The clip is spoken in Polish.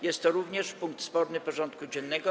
Jest to również punkt sporny porządku dziennego.